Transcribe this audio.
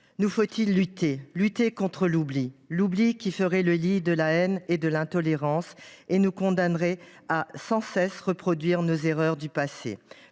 nous faut il lutter contre l’oubli ! L’oubli, qui ferait le lit de la haine et de l’intolérance, et nous condamnerait sans cesse à reproduire nos erreurs du passé.